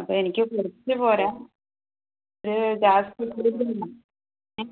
അപ്പം എനിക്ക് കുറച്ച് പോരാ ഒര് ജാസ്തി